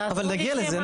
אבל נגיע לזה.